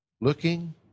looking